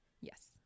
Yes